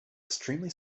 extremely